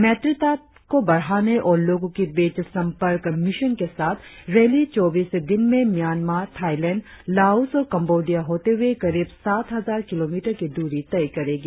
मैत्रिता को बढ़ाने और लोगों के बीच संपर्क मिशन के साथ रैली चौबीस दिन में म्यांमा थाइलैंड लाओस और कम्बोडिया होते हुए करीब सात हजार किलोमीटर की दूरी तय करेगी